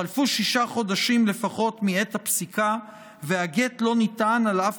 וחלפו שישה חודשים לפחות מעת הפסיקה והגט לא ניתן על אף